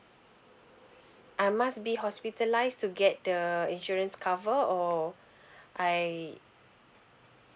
I must be hospitalized to get the insurance cover or I